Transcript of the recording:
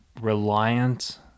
reliant